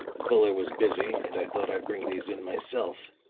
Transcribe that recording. fuller was busy and i thought i'd bring these in myself.